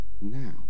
now